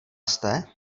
jste